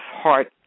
heart